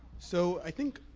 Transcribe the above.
so i think